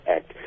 Act